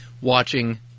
watching